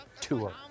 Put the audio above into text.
Tour